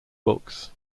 books